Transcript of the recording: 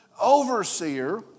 overseer